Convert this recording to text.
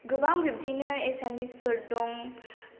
गोबां बिब्दिनो एसामिसफोर दं